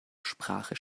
sprache